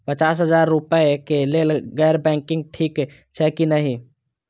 पचास हजार रुपए के लेल गैर बैंकिंग ठिक छै कि नहिं?